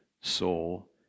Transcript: soul